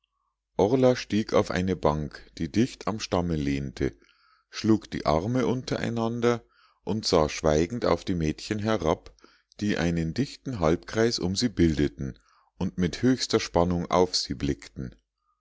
stieg auf eine bank die dicht am stamme lehnte schlug die arme untereinander und sah schweigend auf die mädchen herab die einen dichten halbkreis um sie bildeten und mit höchster spannung auf sie blickten